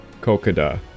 Kokoda